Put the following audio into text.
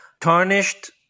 tarnished